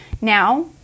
Now